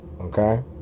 okay